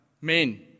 Men